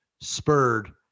spurred